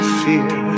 fear